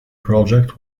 project